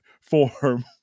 form